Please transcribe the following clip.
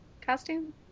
costume